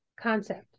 concept